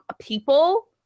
people